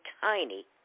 tiny